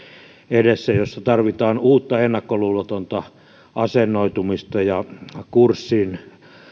edessä joissa tarvitaan uutta ennakkoluulotonta asennoitumista ja kurssin